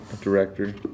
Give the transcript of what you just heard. director